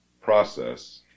process